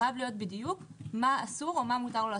חייב להיות בדיוק מה אסור או מה מותר לו לעשות.